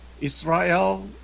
Israel